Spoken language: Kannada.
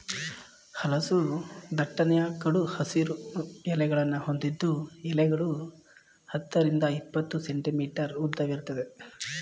ಹಲಸು ದಟ್ಟನೆಯ ಕಡು ಹಸಿರು ಎಲೆಗಳನ್ನು ಹೊಂದಿದ್ದು ಎಲೆಗಳು ಹತ್ತರಿಂದ ಇಪ್ಪತ್ತು ಸೆಂಟಿಮೀಟರ್ ಉದ್ದವಿರ್ತದೆ